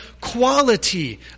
quality